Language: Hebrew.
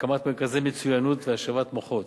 הקמת מרכזי המצוינות והשבת המוחות,